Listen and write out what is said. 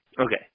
Okay